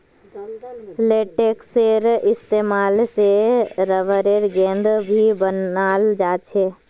लेटेक्सेर इस्तेमाल से रबरेर गेंद भी बनाल जा छे